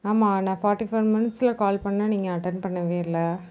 ஆமாம் நான் forty five மினிட்ஸில் கால் பண்ணினேன் நீங்கள் அட்டன்ட் பண்ணவே இல்லை